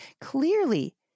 clearly